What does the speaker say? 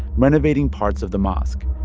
renovating parts of the mosque.